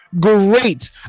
great